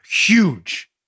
Huge